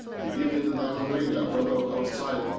he give me the diamond ring. i went um outside.